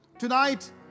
tonight